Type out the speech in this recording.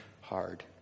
hard